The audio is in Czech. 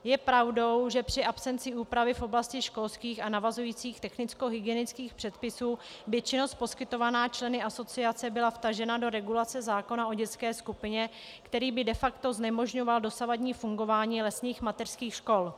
Je pravdou, že při absenci úpravy v oblasti školských a navazujících technickohygienických předpisů by činnost poskytovaná členy asociace byla vtažena do regulace zákona o dětské skupině, který by de facto znemožňoval dosavadní fungování lesních mateřských škol.